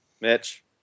Mitch